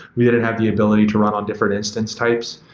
we didn't have the ability to run on different instance types.